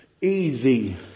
easy